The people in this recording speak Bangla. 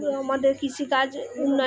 আমাদের কৃষিকাজ উন্নয়ন